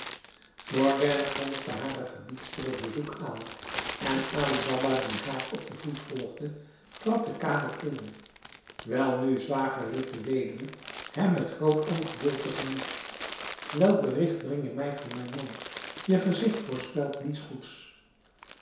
morgiane kondigde hare gebiedster het bezoek aan en ali baba die haar op den voet volgde trad de kamer in welnu zwager riep de weduwe hem met groot ongeduld tegemoet welk bericht breng je mij van mijn man je gezicht voorspelt niets goeds